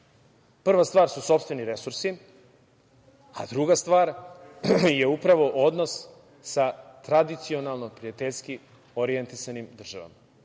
Prva stvar su sopstveni resursi, a druga stvar je upravo odnos sa tradicionalno prijateljski orijentisanim državama. Nemamo